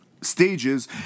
Stages